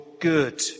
good